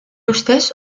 ustez